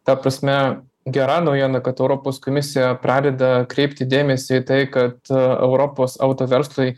ta prasme gera naujiena kad europos komisija pradeda kreipti dėmesį į tai kad europos auto verslui